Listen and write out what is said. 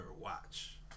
watch